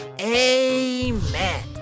amen